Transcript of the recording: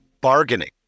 bargaining